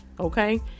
Okay